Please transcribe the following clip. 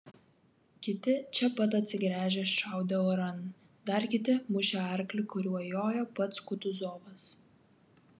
kiti čia pat atsigręžę šaudė oran dar kiti mušė arklį kuriuo jojo pats kutuzovas